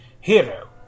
Hero